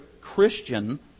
Christian